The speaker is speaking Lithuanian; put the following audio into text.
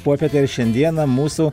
popietę ir šiandieną mūsų